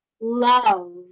love